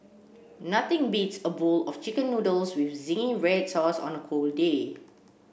nothing beats a bowl of chicken noodles with zingy red sauce on a cold day